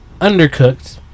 undercooked